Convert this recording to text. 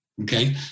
okay